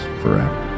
forever